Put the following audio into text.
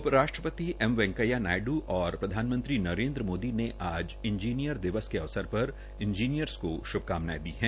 उपराष्ट्रपति एम वैकेंया नायडू और प्रधानमंत्री नरेन्द्र मोदी ने आज इंजीनियर दिवस के अवसर पर इंजीनियर्स को श्भकामनायें दी है